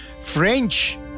French